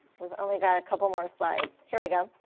we've only got a couple more slides. here we go.